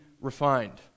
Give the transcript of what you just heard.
refined